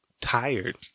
tired